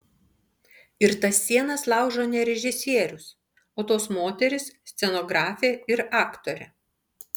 ir tas sienas laužo ne režisierius o tos moterys scenografė ir aktorė